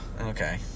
Okay